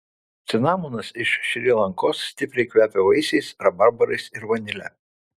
cinamonas iš šri lankos stipriai kvepia vaisiais rabarbarais ir vanile